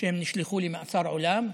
שהם נשלחו למאסר עולם,